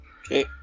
Okay